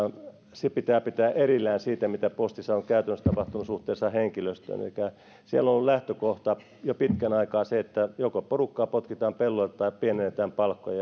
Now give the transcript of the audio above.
se pitää pitää erillään siitä mitä postissa on käytännössä tapahtunut suhteessa henkilöstöön elikkä siellä on ollut lähtökohta jo pitkän aikaa se että joko porukkaa potkitaan pellolle tai pienennetään palkkoja